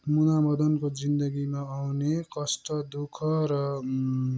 मुना मदनको जिन्दगीमा आउने कष्ट दुःख र